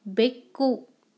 ಬೆಕ್ಕು